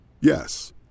Yes